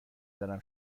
دارم